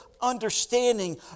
understanding